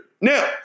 Now